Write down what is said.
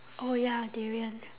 oh ya darrien